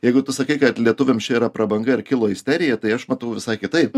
jeigu tu sakei kad lietuviams čia yra prabanga ir kilo isterija tai aš matau visai kitaip